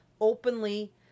openly